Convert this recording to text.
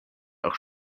auch